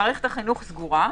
ומערכת החינוך סגורה,